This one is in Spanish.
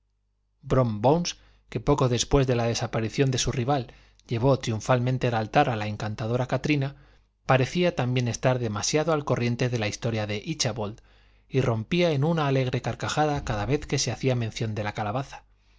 bones que poco después de la desaparición de su rival llevó triunfalmente al altar a la encantadora katrina parecía también estar demasiado al corriente de la historia de íchabod y rompía en una alegre carcajada cada vez que se hacía mención de la calabaza